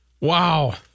Wow